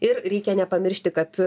ir reikia nepamiršti kad